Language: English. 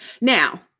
Now